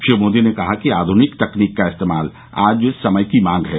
श्री मोदी ने कहा कि आध्निक तकनीक का इस्तेमाल आज समय की मांग है